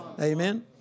Amen